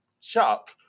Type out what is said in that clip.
Shop